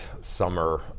summer